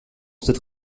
cette